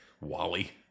wally